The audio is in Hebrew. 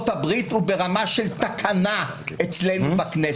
הברית הוא ברמה של תקנה אצלנו בכנסת.